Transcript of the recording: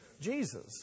Jesus